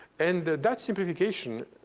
and that simplification,